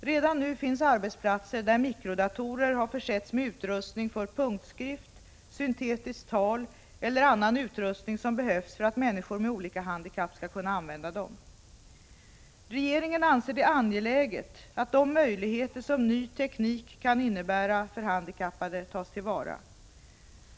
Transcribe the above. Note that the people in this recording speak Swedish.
Redan nu finns arbetsplatser där mikrodatorer har försetts med utrustning för punktskrift, syntetiskt tal eller annan utrustning som behövs för att människor med olika handikapp skall kunna använda dem. Regeringen anser det angeläget att de möjligheter som ny teknik kan innebära för handikappade tas till vara.